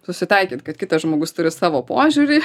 susitaikyt kad kitas žmogus turi savo požiūrį